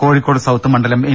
Kozhikode south മണ്ഡലം N